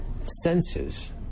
Senses